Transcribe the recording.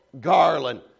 garland